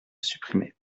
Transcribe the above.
supprimé